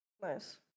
Nice